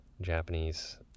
Japanese